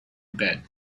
bed